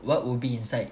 what would be inside